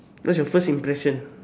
what is your first impression